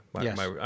Yes